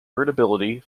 irritability